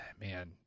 man